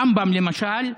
רמב"ם, למשל,